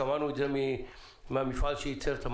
שמענו את זה מהמפעל שייצר את המסכות.